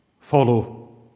follow